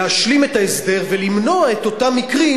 להשלים את ההסדר ולמנוע את אותם מקרים